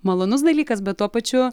malonus dalykas bet tuo pačiu